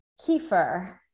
kefir